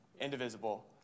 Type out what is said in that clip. indivisible